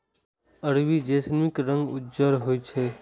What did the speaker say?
अरबी जैस्मीनक रंग उज्जर होइ छै